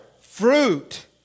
fruit